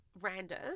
random